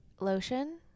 lotion